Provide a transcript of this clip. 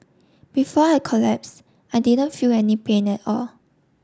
before I collapse I didn't feel any pain at all